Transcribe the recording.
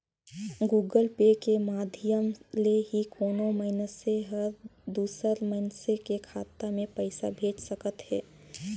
Google Pay के माधियम ले ही कोनो मइनसे हर दूसर मइनसे के खाता में पइसा भेज सकत हें